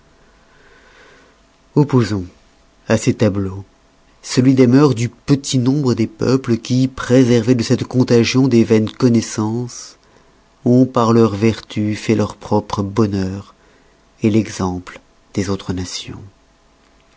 opposons à ces tableaux celui des mœurs du petit nombre de peuples qui préservés de cette contagion des vaines connoissances ont par leurs vertus fait leur propre bonheur l'exemple des autres nations